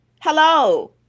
hello